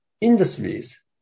industries